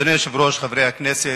אדוני היושב-ראש, חברי הכנסת,